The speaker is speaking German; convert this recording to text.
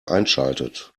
einschaltet